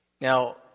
Now